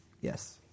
Yes